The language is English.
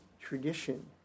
tradition